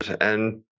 and-